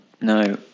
no